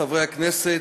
חברי הכנסת,